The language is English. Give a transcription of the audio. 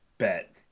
bet